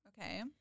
Okay